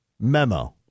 memo